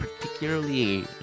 particularly